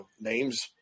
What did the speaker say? names –